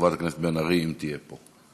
חברת הכנסת בן ארי, אם תהיה פה.